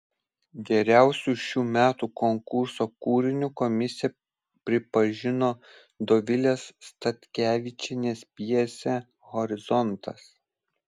geriausiu šių metų konkurso kūriniu komisija pripažino dovilės statkevičienės pjesę horizontas